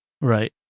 Right